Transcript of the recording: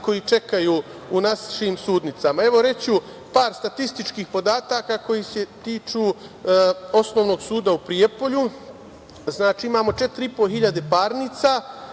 koji čekaju u našim sudnicama. Reći ću par statističkih podataka koji se tiču Osnovnog suda u Prijepolju. Znači, imamo četiri